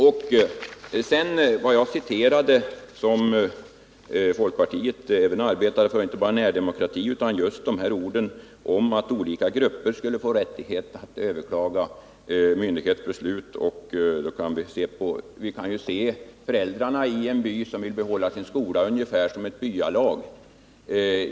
Vad sedan beträffar den av mig citerade parollen om att folkpartiet arbetar inte bara för närdemokrati utan också för att olika grupper skall få rätt att överklaga myndighetsbeslut vill jag säga, att man kan se föräldrarna som kämpar för att behålla sin skola ungefär på samma sätt som ett byalag.